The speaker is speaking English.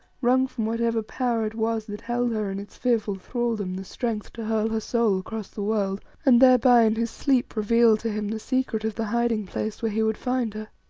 wrung from whatever power it was that held her in its fearful thraldom, the strength to hurl her soul across the world and thereby in his sleep reveal to him the secret of the hiding-place where he would find her.